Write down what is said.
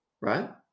Right